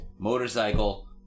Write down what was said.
motorcycle